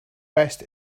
best